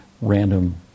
random